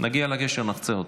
--- נגיע לגשר, נחצה אותו.